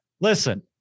Listen